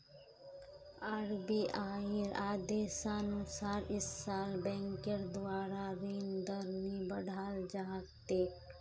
आरबीआईर आदेशानुसार इस साल बैंकेर द्वारा ऋण दर नी बढ़ाल जा तेक